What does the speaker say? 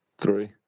three